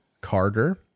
Carter